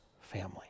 family